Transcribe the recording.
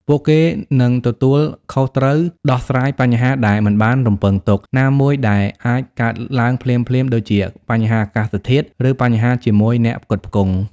ពួកគេនឹងទទួលខុសត្រូវដោះស្រាយ បញ្ហាដែលមិនបានរំពឹងទុក ណាមួយដែលអាចកើតឡើងភ្លាមៗ ដូចជា បញ្ហាអាកាសធាតុ ឬបញ្ហាជាមួយអ្នកផ្គត់ផ្គង់។